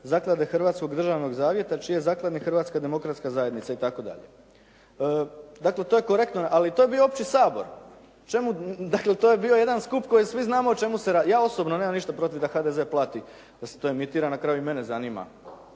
zaklade Hrvatskog državnog zavjeta čiji je zakladnik Hrvatska demokratska zajednica i tako dalje. Dakle, to je korektno, ali to je bio opći sabor, dakle to je bio jedan skup koji svi znamo o čemu se radi. Ja osobno nemam ništa protiv da HDZ plati da se to emitira, na kraju i mene zanima